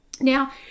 Now